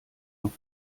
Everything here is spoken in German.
noch